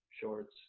shorts